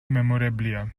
memorabilia